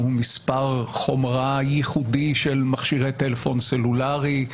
שהוא מספר חומרה ייחודי של מכשירי טלפון סלולרי,